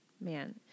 man